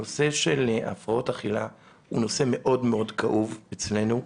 הנושא של הפרעות אכילה הוא נושא מאוד-מאוד כאוב אצלנו.